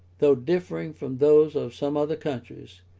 though differing from those of some other countries,